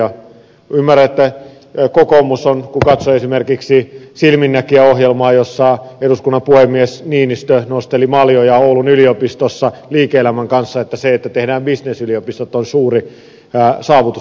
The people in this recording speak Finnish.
ymmärrän että kokoomuksen mielestä kun katsoo esimerkiksi silminnäkijä ohjelmaa jossa eduskunnan puhemies niinistö nosteli maljoja oulun yliopistossa liike elämän kanssa se että tehdään bisnesyliopistot on suuri saavutus